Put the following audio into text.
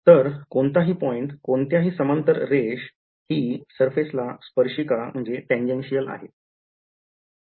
तर कोणताहि पॉईंट कोणत्याही समांतर रेष हि surface ला स्पर्शिका आहे